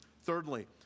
Thirdly